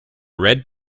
red